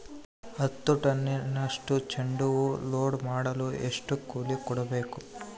ಹತ್ತು ಟನ್ನಷ್ಟು ಚೆಂಡುಹೂ ಲೋಡ್ ಮಾಡಲು ಎಷ್ಟು ಕೂಲಿ ಕೊಡಬೇಕು?